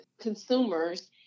consumers